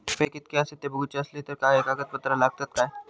पैशे कीतके आसत ते बघुचे असले तर काय कागद पत्रा लागतात काय?